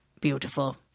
beautiful